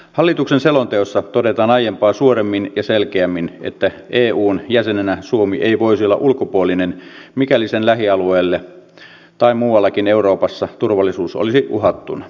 hallituksen selonteossa todetaan aiempaa suoremmin ja selkeämmin että eun jäsenenä suomi ei voisi olla ulkopuolinen mikäli sen lähialueella tai muuallakin euroopassa turvallisuus olisi uhattuna